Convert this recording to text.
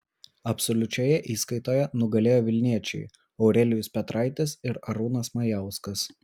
absoliučioje įskaitoje nugalėjo vilniečiai aurelijus petraitis ir arūnas majauskas